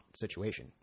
situation